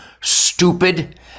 stupid